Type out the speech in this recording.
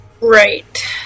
Right